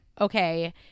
okay